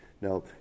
now